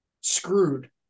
screwed